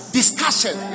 discussion